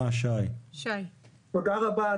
תודה רבה,